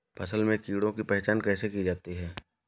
फसल में कीड़ों की पहचान कैसे की जाती है?